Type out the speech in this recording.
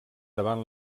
davant